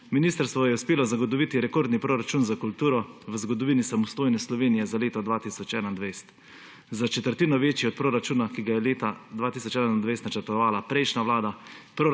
Ministrstvo je uspelo zagotoviti rekordni proračun za kulturo v zgodovini samostojne Slovenije za leto 2021. Za četrtino večji je od proračuna, ki ga je leta 2021 načrtovala prejšnja vlada.